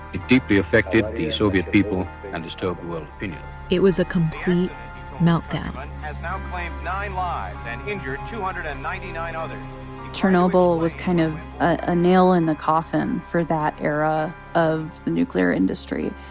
it deeply affected the soviet people and disturbed world opinion it was a complete meltdown. has now claimed nine lives and injured two hundred and ninety nine others chernobyl was kind of a nail in the coffin for that era of the nuclear industry.